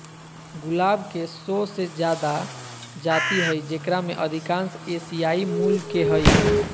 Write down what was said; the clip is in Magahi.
गुलाब के सो से जादा जाति हइ जेकरा में अधिकांश एशियाई मूल के हइ